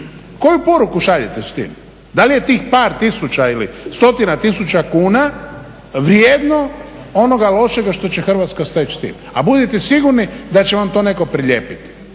Koju poruku šaljete s tim? Da li je tih par tisuća ili stotina tisuća kuna vrijedno onoga lošega što će Hrvatska steći s tim, a budite sigurni da će vam to netko prilijepiti.